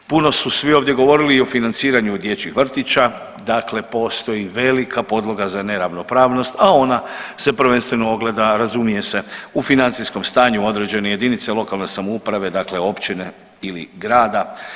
Puno su svi ovdje govorili i o financiranju dječjih vrtića, dakle postoji velika podloga za neravnopravnost, a ona se prvenstveno ogleda, razumije se u financijskom stanju određene jedinice lokalne samouprave, dakle općine ili grada.